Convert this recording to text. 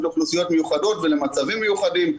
לאוכלוסיות מיוחדות ולמצבים מיוחדים.